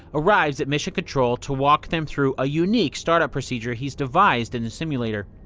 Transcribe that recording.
arrives at mission control to walk them through a unique start-up procedure he's devised in the simulator.